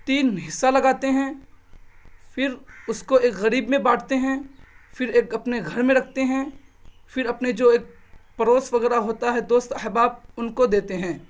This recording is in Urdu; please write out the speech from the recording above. تین حصہ لگاتے ہیں فر اس کو ایک غریب میں بانٹتے ہیں فر ایک اپنے گھر میں رکھتے ہیں فر اپنے جو ایک پڑوس وغیرہ ہوتا ہے دوست احباب ان کو دیتے ہیں